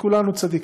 שכולנו צדיקים.